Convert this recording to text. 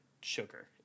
sugar